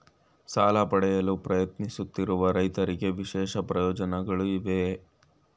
ಸಾಲ ಪಡೆಯಲು ಪ್ರಯತ್ನಿಸುತ್ತಿರುವ ರೈತರಿಗೆ ವಿಶೇಷ ಪ್ರಯೋಜನಗಳಿವೆಯೇ?